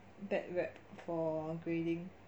bad rep for grading